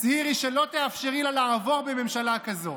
תצהירי שלא תאפשרי לה לעבור בממשלה כזאת.